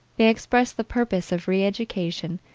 they express the purpose of re-education,